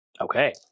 Okay